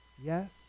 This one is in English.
Yes